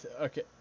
Okay